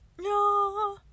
No